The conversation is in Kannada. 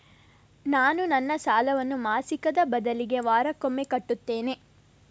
ನಾನು ನನ್ನ ಸಾಲವನ್ನು ಮಾಸಿಕದ ಬದಲಿಗೆ ವಾರಕ್ಕೊಮ್ಮೆ ಕಟ್ಟುತ್ತೇನೆ